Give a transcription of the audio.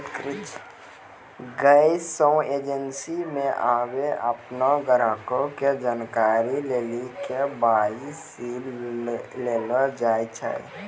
गैसो एजेंसी मे आबे अपनो ग्राहको के जानकारी लेली के.वाई.सी लेलो जाय छै